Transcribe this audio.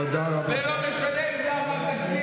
אז למה אנחנו, זה לא משנה אם זה עבר תקציב.